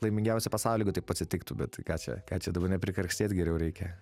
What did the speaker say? laimingiausia pasauly jeigu kad taip atsitiktų bet ką čia ką čia dabar neprikarksėt geriau reikia